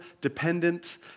dependent